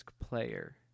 player